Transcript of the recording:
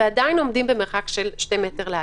ועדיין עומדים במרחק של 2 מטרים לאדם.